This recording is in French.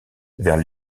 vers